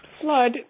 flood